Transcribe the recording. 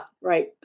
right